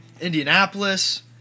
Indianapolis